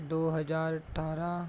ਦੋ ਹਜ਼ਾਰ ਅਠਾਰ੍ਹਾਂ